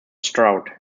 stroud